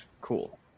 Cool